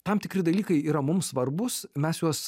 tam tikri dalykai yra mum svarbus mes juos